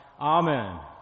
Amen